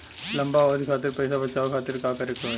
लंबा अवधि खातिर पैसा बचावे खातिर का करे के होयी?